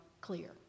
clear